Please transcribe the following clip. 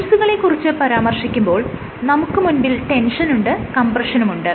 ഫോഴ്സുകളെ കുറിച്ച് പരാമർശിക്കുമ്പോൾ നമുക്ക് മുൻപിൽ ടെൻഷനുണ്ട് കംപ്രഷനുമുണ്ട്